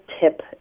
tip